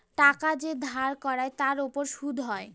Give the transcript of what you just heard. টাকা যে ধার করায় তার উপর সুদ হয়